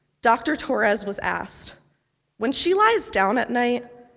dr. torres was asked when she lies down at night,